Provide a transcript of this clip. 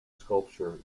sculpture